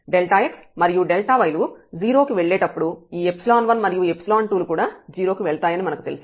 x మరియు y లు 0 కి వెళ్లేటప్పుడు ఈ 1 మరియు 2 లు కూడా 0 కి వెళ్తాయని మనకు తెలుసు